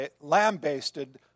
lambasted